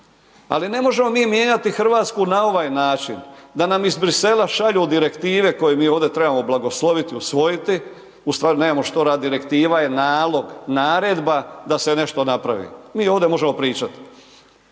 Ali, ne možemo mi mijenjati Hrvatsku na ovaj način. Da nam iz Bruxellesa šalju direktive koje mi ovdje trebamo blagosloviti i usvojiti. Ustvari nemamo što, direktiva je nalog, naredba da se nešto napravi. Mi ovdje možemo pričati.